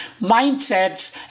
mindsets